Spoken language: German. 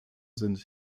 sind